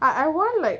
I I want like